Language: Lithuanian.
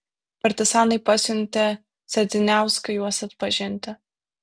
partizanai pasiuntė sedziniauską juos atpažinti